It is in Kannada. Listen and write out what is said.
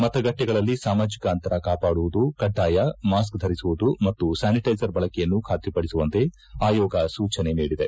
ಮತಗಟ್ಟೆಗಳಲ್ಲಿ ಸಾಮಾಜಿಕ ಅಂತರ ಕಾಪಾಡುವುದು ಕಡ್ಡಾಯ ಮಾಸ್ಕ ಧರಿಸುವುದು ಮತ್ತು ಸ್ಥಾನಿಟೈಸರ್ ಬಳಕೆಯನ್ನು ಖಾತ್ರಿಪಡಿಸುವಂತೆ ಆಯೋಗ ಸೂಚನೆ ನೀಡಿದೆ